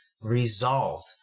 resolved